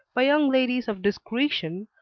by young ladies of discretion,